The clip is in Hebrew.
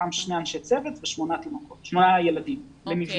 מתוכם שני אנשי צוות ושמונה ילדים למבנה.